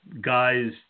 guys